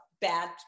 bad